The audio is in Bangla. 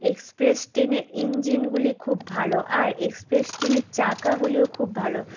এক্সপ্রেস ট্রেনের ইঞ্জিনগুলি খুব ভালো আর এক্সপ্রেস ট্রেনের চাকাগুলিও খুব ভালো